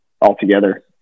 altogether